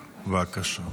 בבקשה.